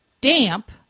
damp